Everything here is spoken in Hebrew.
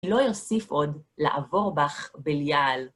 לא יוסיף עוד לעבור בך בליעל.